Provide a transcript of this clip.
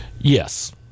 Yes